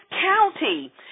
county